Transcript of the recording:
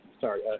Sorry